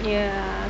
ya